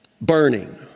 burning